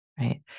right